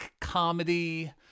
comedy